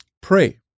Pray